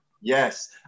yes